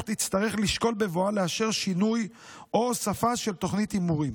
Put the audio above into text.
תצטרך לשקול בבואה לאשר שינוי או הוספה של תוכנית הימורים.